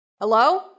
hello